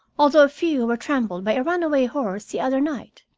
although a few were trampled by a runaway horse the other night.